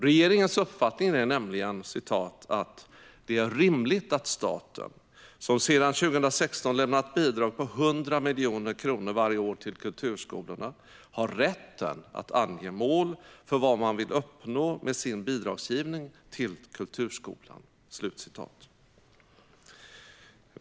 Regeringens uppfattning är nämligen att det är rimligt att staten, som sedan 2016 lämnat bidrag på 100 miljoner varje år till kulturskolorna, har rätten att ange mål för vad man vill uppnå med sin bidragsgivning till kulturskolan.